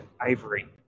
ivory